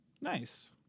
nice